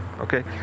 okay